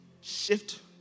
shift